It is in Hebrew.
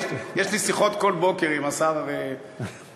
יש לי שיחות כל בוקר עם השר אברמוביץ,